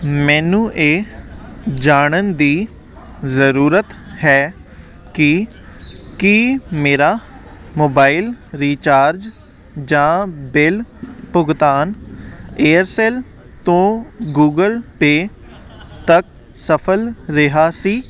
ਮੈਨੂੰ ਇਹ ਜਾਣਨ ਦੀ ਜ਼ਰੂਰਤ ਹੈ ਕਿ ਕੀ ਮੇਰਾ ਮੋਬਾਇਲ ਰੀਚਾਰਜ ਜਾਂ ਬਿੱਲ ਭੁਗਤਾਨ ਏਅਰਸੈੱਲ ਤੋਂ ਗੂਗਲ ਪੇ ਤੱਕ ਸਫਲ ਰਿਹਾ ਸੀ